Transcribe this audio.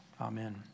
Amen